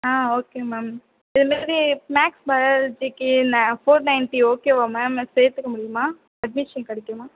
ஆ okay ma'am இந்தமாரி maths பயாலஜிக்கு four ninety ஓகேவா மேம் சேர்த்துக்க முடியுமா அட்மிஷன் கிடைக்குமா